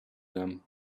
them